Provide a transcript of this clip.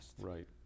Right